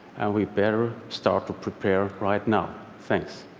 we better start to prepare right now. thanks.